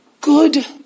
good